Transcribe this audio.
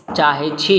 चाहै छी